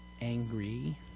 angry